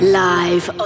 live